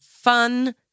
fun